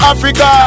Africa